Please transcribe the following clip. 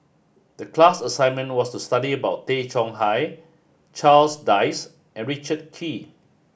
the class assignment was to study about Tay Chong Hai Charles Dyce and Richard Kee